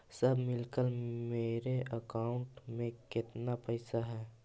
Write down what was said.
सब मिलकर मेरे अकाउंट में केतना पैसा है?